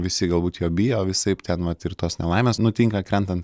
visi galbūt jo bijo visaip ten vat ir tos nelaimės nutinka krentan